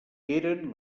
eren